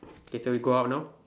okay so we go out now